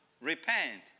repent